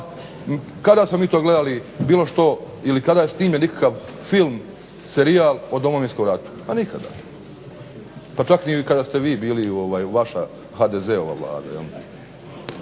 kada smo mi to gledali bilo što ili kada je snimljen ikakav film, serijal o Domovinskom ratu? Pa nikada, pa čak ni kada ste vi bili vaša HDZ-ova Vlada.